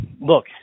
look